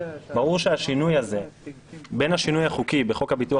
ברור שהשינוי הזה בין השינוי החוקי בחוק הביטוח